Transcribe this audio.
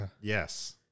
Yes